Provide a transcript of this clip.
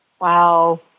Wow